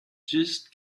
just